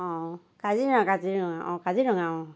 অঁ কাজিৰঙা কাজিৰঙা অঁ কাজিৰঙা অঁ